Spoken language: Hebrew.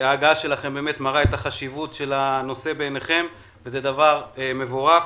ההגעה שלכם באמת מראה את חשיבות הנושא בעיניכם וזה דבר מבורך.